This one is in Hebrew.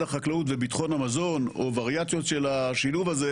החקלאות וביטחון המזון או וריאציות של השילוב הזה,